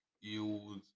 use